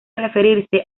referirse